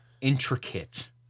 intricate